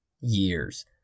years